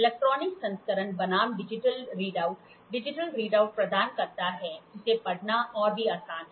electronic संस्करण बनाम digital readout digital readout प्रदान करता है जिसे पढ़ना और भी आसान है